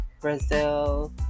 Brazil